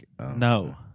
No